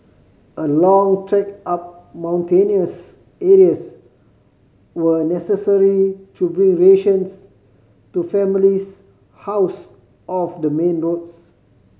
a long trek up mountainous areas were necessary to bring rations to families housed off the main roads